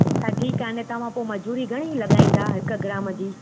अच्छा ठीकु आहे अने तव्हां पोइ मजूरी घणी लॻाईंदा हिकु ग्राम जी